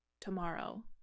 tomorrow